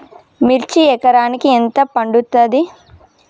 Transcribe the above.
మిర్చి ఎకరానికి ఎంత పండుతది?